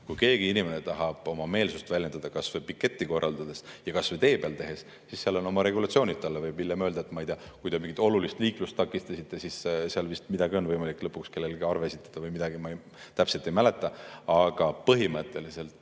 Kui keegi tahab oma meelsust väljendada kas või piketti korraldades ja kas või tee peal [sulge] tehes, siis seal on oma regulatsioonid. Talle võib hiljem öelda, et, ma ei tea, kui te mingit olulist liiklust takistasite, siis [saate trahvi]. Vist on võimalik lõpuks kellelegi arve esitada või midagi, ma täpselt ei mäleta, aga põhimõtteliselt,